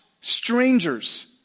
strangers